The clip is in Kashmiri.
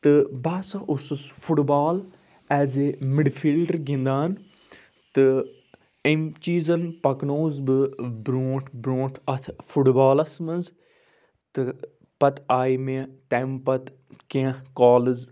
تہٕ بہٕ ہسا اوسُس football as a midfielder گِنٛدان تہٕ أمۍ چیٖزَن پَکنووُس بہٕ برونٛٹھ برونٛٹھ اَتھ فُٹ بالَس منٛز تہٕ پَتہٕ آے مےٚ تَمہِ پَتہٕ کینٛہہ کالٕز